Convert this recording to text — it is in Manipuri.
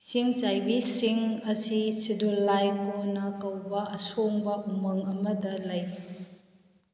ꯏꯁꯤꯡ ꯆꯥꯏꯕꯤꯁꯤꯡ ꯑꯁꯤ ꯁꯨꯗꯨꯂꯥꯏ ꯀꯣꯅ ꯀꯧꯕ ꯑꯁꯣꯡꯕ ꯎꯃꯪ ꯑꯃꯗ ꯂꯩ